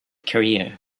career